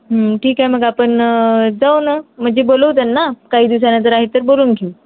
ठीक आहे मग आपण जाऊ नं म्हणजे बोलवू त्यांना काही दिवसानंतर आहे तर बरून घेऊ